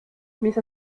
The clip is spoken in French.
smith